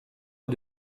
est